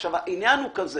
עכשיו העניין הוא כזה